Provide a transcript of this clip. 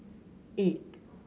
eight